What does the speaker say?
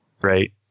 Right